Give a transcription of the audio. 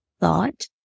thought